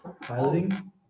Piloting